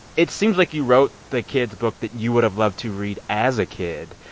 it seems like you wrote the kids' book that you would've loved to read as a kid.